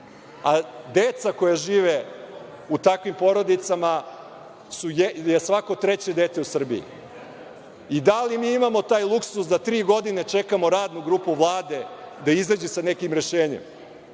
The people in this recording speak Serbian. Deca koja žive u takvim porodicama, je svako treće dete u Srbiji. I da li mi imamo taj luksuz da tri godine čekamo radnu grupu Vlade da izađe sa nekim rešenjem,